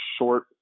short